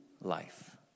life